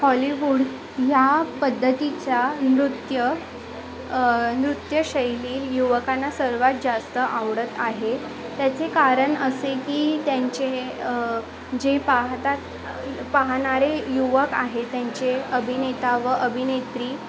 Hollywood ह्या पद्धतीचा नृत्य नृत्यशैली युवकांना सर्वात जास्त आवडत आहे त्याचे कारण असे की त्यांचे जे पाहतात पाहणारे युवक आहे त्यांचे अभिनेता व अभिनेत्री